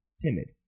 timid